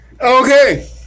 Okay